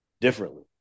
differently